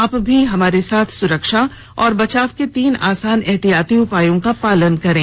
आप भी हमारे साथ सुरक्षा और बचाव के तीन आसान एहतियाती उपायों का संकल्प लें